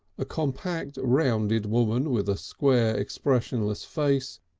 a compact, rounded woman with a square, expressionless face,